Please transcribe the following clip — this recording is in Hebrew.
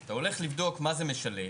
אתה הולך לבדוק מה זה משלם,